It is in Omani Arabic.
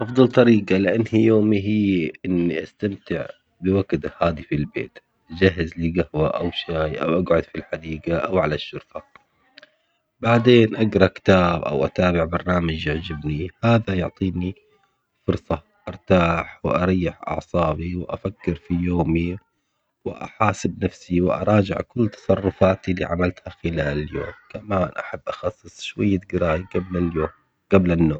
أفضل طريقة لألهي يومي هي إني أستمتع بوقت هادي في البيت، أجهز لي قهوة أو شاي أو أقعد في الحديقة أو على الشرفة، بعدين أقرا كتاب أو أتابع برنامج يعجبني هذا يعطيني فرصة أرتاح وأريح أعصابي واأكر في يومي وأحاسب نفسي وأراجع كل تصرفاتي اللي عملتها خلال اليوم، كمان أحب أخصص شوية قراية قبل اليو- قبل النوم.